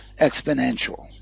exponential